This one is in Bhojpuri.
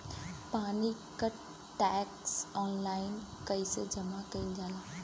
पानी क टैक्स ऑनलाइन कईसे जमा कईल जाला?